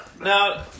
Now